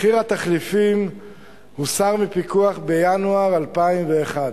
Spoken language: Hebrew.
מחיר התחליפים הוסר מפיקוח בינואר 2001,